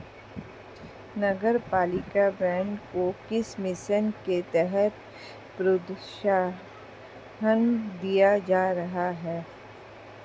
नगरपालिका बॉन्ड को किस मिशन के तहत प्रोत्साहन दिया जा रहा है?